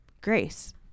grace